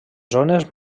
zones